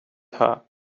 her